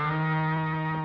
and